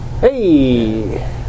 Hey